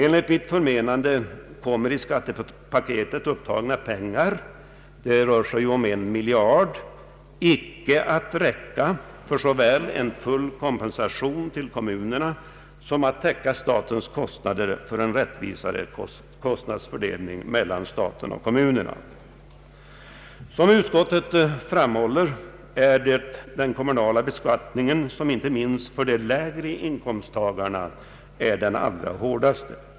Enligt mitt förmenande kommer i skattepaketet angivna medel — det rör sig om en miljard kronor — icke att räcka till för att såväl ge full kompensation till kommunerna som täcka statens utgifter för en rättvisare kostnadsfördelning mellan staten och kommunerna. Som utskottet framhåller är den kommunala beskattningen inte minst för de lägre inkomsttagarna den som drabbar hårdast.